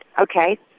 Okay